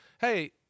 hey –